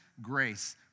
Grace